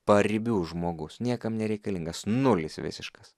paribių žmogus niekam nereikalingas nulis visiškas